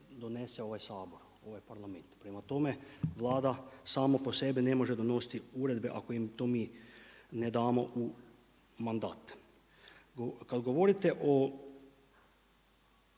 donese ovaj Sabor, ovaj Parlament. Prema tome, Vlada sama po sebi ne može donositi uredbe ako im to mi ne damo u mandat. Kad govorite o